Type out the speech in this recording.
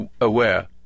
aware